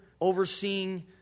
overseeing